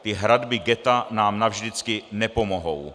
Ty hradby ghetta nám navždycky nepomohou.